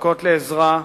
זועקות לעזרה,